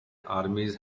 armies